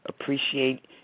appreciate